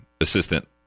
assistant